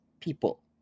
people